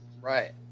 Right